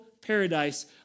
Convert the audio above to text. paradise